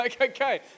okay